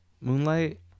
Moonlight